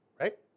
right